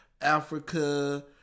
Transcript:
Africa